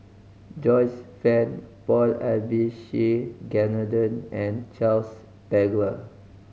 Joyce Fan Paul Abisheganaden and Charles Paglar